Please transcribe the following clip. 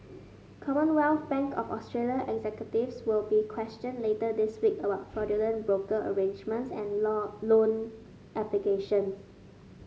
Commonwealth Bank of Australia executives will be questioned later this week about fraudulent broker arrangements and law loan applications